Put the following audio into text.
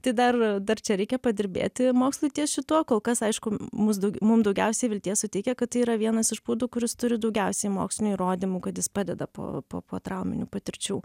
tai dar dar čia reikia padirbėti mokslui ties šituo kol kas aišku mus daug mum daugiausiai vilties suteikia kad tai yra vienas iš būdų kuris turi daugiausiai mokslinių įrodymų kad jis padeda po po po trauminių patirčių